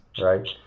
right